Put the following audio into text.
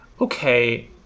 okay